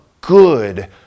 good